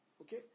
Okay